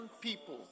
people